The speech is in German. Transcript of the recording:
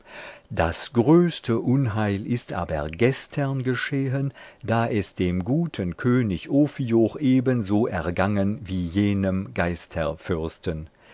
das größte unheil ist aber gestern geschehen da es dem guten könig ophioch ebenso ergangen wie jenem